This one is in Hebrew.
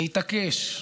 להתעקש,